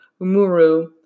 Umuru